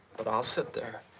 but i'll sit there.